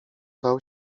dał